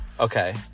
Okay